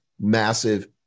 massive